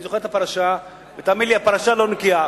אני זוכר את הפרשה, ותאמין לי, הפרשה לא נקייה.